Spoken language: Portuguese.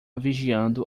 vigiando